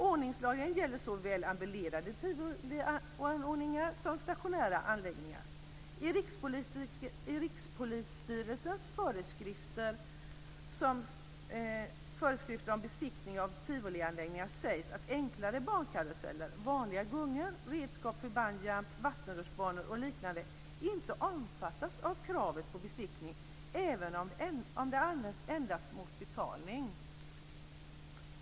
Ordningslagen gäller såväl ambulerande tivolianordningar som stationära anläggningar. I Rikspolisstyrelsens föreskrifter om besiktning av tivolianläggningar sägs att enklare barnkaruseller, vanliga gungor, redskap för bungyjump, vattenrutschbanor och liknande inte omfattas av kravet på besiktning även om de används endast mot betalning.